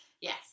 Yes